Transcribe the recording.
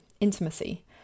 intimacy